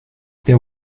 there